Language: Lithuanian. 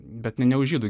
bet ne už žydų